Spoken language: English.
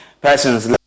persons